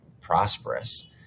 prosperous